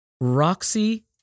Roxy